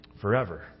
forever